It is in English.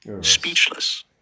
speechless